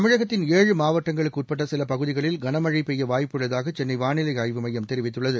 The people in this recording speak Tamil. தமிழகத்தின் ஏழு மாவட்டங்களுக்கு உட்பட்ட சில பகுதிகளில் கனமழை பெய்ய வாய்ப்பு உள்ளதாக சென்னை வானிலை ஆய்வு மையம் தெரிவித்துள்ளது